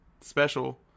special